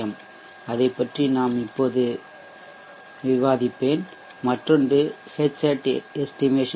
m அதைப் பற்றி இப்போது விவாதிப்பேன் மற்றொன்று Hat estimation